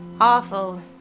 awful